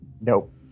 Nope